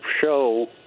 show